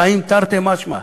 חיים תרתי משמע,